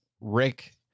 Rick